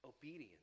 Obedience